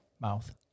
mouth